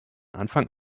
anfang